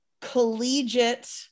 collegiate